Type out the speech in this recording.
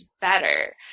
better